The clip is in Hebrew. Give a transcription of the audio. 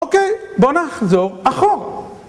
אוקיי, בוא נחזור אחורה!